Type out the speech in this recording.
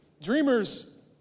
dreamers